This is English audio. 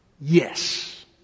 Yes